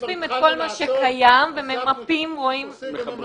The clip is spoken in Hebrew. אוספים את הנושא קיים וממפים, רואים --- מחברים.